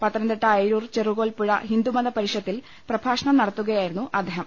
പത്തനംതിട്ട അയിരൂർ ചെറുകോൽപ്പുഴ ഹിന്ദുമത പരിഷ ത്തിൽ പ്രഭാഷണം നടത്തുകയായിരുന്നു അദ്ദേഹം